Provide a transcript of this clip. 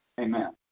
Amen